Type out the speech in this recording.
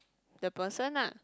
the person lah